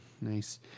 nice